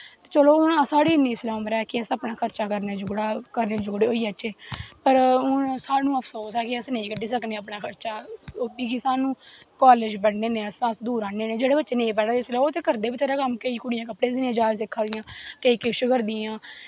चलो साढ़ी इसलै इन्नी उमर ऐ कि अस अपना खर्चा करने जुगड़े होई जाच्चै पर हून सानूं अफसोस ऐ कि अस नेई कड्ढी सकने अपना खर्चा ओह् बी सानूं कालेज पढ़ने होन्ने अस दूर आनें होन्ने जेह्ड़े बच्चे इसलै नेईं पढ़ा दे ते ओह् ते करदे केईं तरह दे कम्म केईं कुड़ियां कपड़े सीनें दा कम्म सिक्खा दियां ते किश करदियां